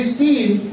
Steve